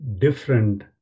different